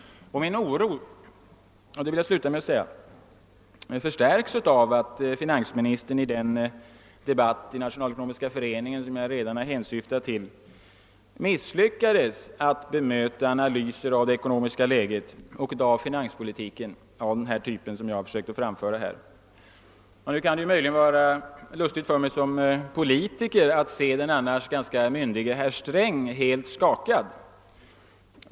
Min oro förstärks av att finansministern i den debatt i Nationalekonomiska föreningen som jag redan hänvisat till misslyckades att bemöta sådana analyser av det ekonomiska läget och av finanspolitiken som jag här antytt. Det kan möjligen vara lustigt för mig som politiker att se den annars ganska myndige herr Sträng helt skakad.